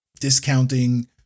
discounting